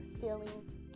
feelings